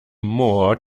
more